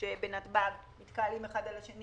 מדינת ישראל צריכה לצאת מגדרה כדי לעזור לו להגיע,